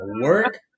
work